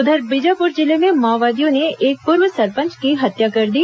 उधर बीजापुर जिले में माओवादियों ने एक पूर्व सरपंच की हत्या कर दी